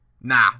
nah